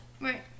Right